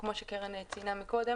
כמו שקרן ציינה מקודם,